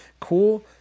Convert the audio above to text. cool